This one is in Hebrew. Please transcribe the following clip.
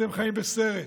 אתם חיים בסרט.